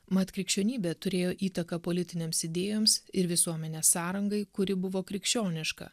mat krikščionybė turėjo įtaką politinėms idėjoms ir visuomenės sąrangai kuri buvo krikščioniška